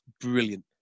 brilliant